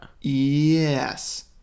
Yes